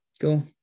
cool